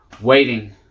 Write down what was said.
waiting